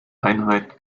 einhalt